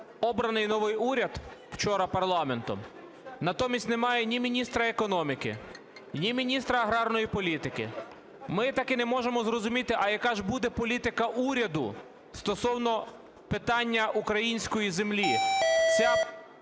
обраний новий уряд вчора парламентом, натомість не має ні міністра економіки, ні міністра аграрної політики. Ми так і не можемо зрозуміти, а яка ж буде політика уряду стовно питання української землі.